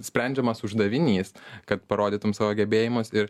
sprendžiamas uždavinys kad parodytumei savo gebėjimus ir